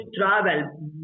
travel